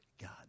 God